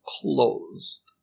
closed